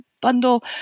bundle